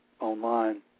online